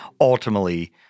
ultimately